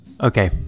Okay